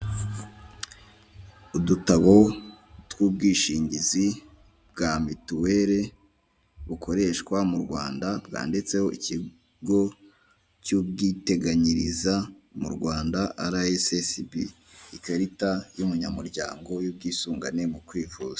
Udutabo tw'ubwishingizi bwa mituweli, bukoreshwa mu Rwanda, bwanditseho ikigo cy'ubwiteganyirize mu Rwanda, Ara Esesibi, ikarita y'umunyamuryango y'ubwisungane mu kwivuza.